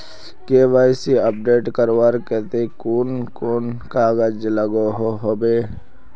KYC update करवार केते कुन कुन कागज लागोहो होबे?